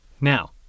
Now